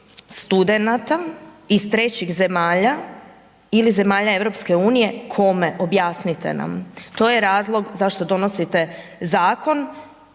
studenata iz trećih zemalja ili zemalja EU, kome, objasnite nam? To je razlog zašto donosite zakon?